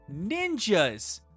Ninjas